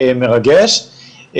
ומרגש,